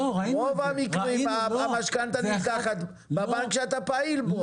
ברוב המקרים המשכנתא נלקחת בבנק שאתה פעיל בו.